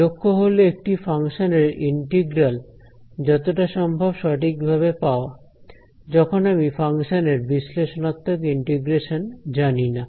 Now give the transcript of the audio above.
লক্ষ্য হলো একটি ফাংশনের ইন্টিগ্রাল যতটা সম্ভব সঠিকভাবে পাওয়া যখন আমি ফাংশানের বিশ্লেষণাত্মক ইন্টিগ্রেশন জানিনা